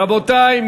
רבותי,